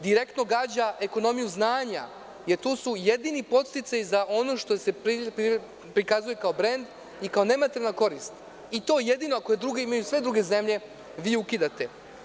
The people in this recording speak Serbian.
Direktno gađa ekonomiju znanja, jer tu su jedini podsticaji za ono što se prikazuje kao brend i kao ne materijalna korist i to jedino ako imaju sve druge zemlje, vi to kupujete.